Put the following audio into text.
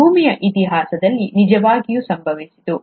ಭೂಮಿಯ ಇತಿಹಾಸದಲ್ಲಿ ನಿಜವಾಗಿ ಸಂಭವಿಸಿತು